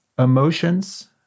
Emotions